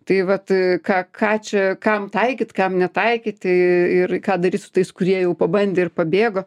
tai vat ką ką čia kam taikyt kam netaikyti ir ką daryt su tais kurie jau pabandė ir pabėgo